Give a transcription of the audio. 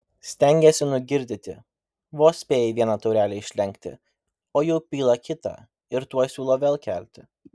stengėsi nugirdyti vos spėji vieną taurelę išlenkti o jau pila kitą ir tuoj siūlo vėl kelti